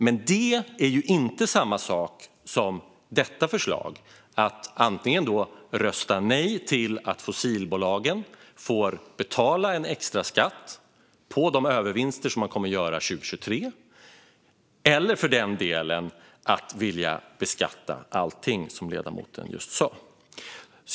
Men det är inte samma sak som att rösta nej till förslaget att fossilbolagen ska betala en extraskatt på de övervinster de kommer att göra 2023 eller för den delen att vilja beskatta allting, som ledamoten just sa.